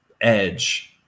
edge